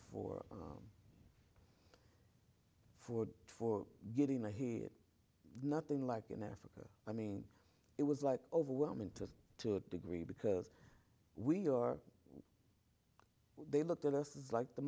for for for getting a hit nothing like in africa i mean it was like overwhelming to to a degree because we or they looked at us as like the